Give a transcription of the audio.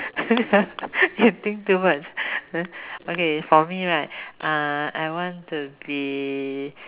you think too much okay for me right I want to be